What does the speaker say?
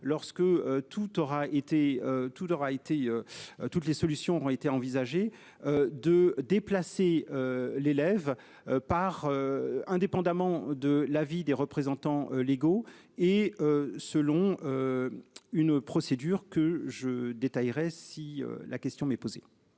été. Toutes les solutions ont été envisagées. De déplacer l'élève par. Indépendamment de l'avis des représentants légaux et. Selon. Une procédure que je détaillerai si la question m'est posée.